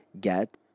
get